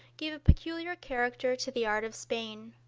gave a peculiar character to the art of spain.